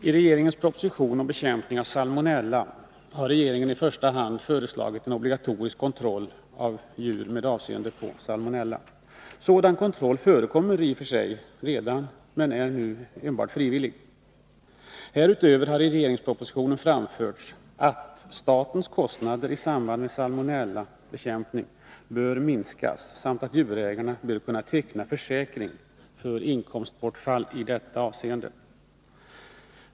Fru talman! I propositionen om bekämpande av salmonella har regeringen i första hand föreslagit en obligatorisk kontroll av djur med avseende på salmonella. Sådan kontroll förekommer i och för sig redan men är nu enbart frivillig. Härutöver har i regeringspropositionen framförts att statens kostnader i samband med salmonellabekämpningen bör minskas samt att djurägarna bör kunna teckna försäkring för inkomstbortfall i detta avseende.